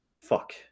fuck